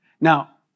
Now